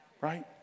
right